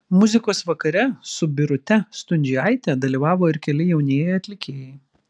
muzikos vakare su birute stundžiaite dalyvavo ir keli jaunieji atlikėjai